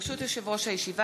ברשות יושב-ראש הישיבה,